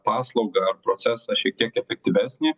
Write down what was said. paslaugą procesą šiek tiek efektyvesnį